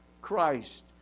Christ